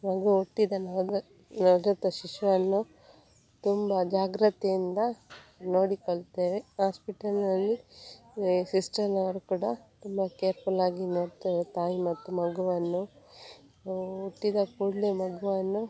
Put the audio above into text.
ಮಗು ಹುಟ್ಟಿದ ಮೇಲೆ ನವಜಾತ ಶಿಶುವನ್ನು ತುಂಬ ಜಾಗ್ರತೆಯಿಂದ ನೋಡಿಕೊಳ್ತೇವೆ ಹಾಸ್ಪಿಟಲಿನಲ್ಲಿ ಸಿಸ್ಟರವ್ರು ಕೂಡ ತುಂಬ ಕೇರ್ಫುಲ್ ಆಗಿ ನೋಡ್ತೇವೆ ತಾಯಿ ಮತ್ತು ಮಗುವನ್ನು ಹುಟ್ಟಿದ ಕೂಡಲೆ ಮಗುವನ್ನು